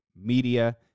media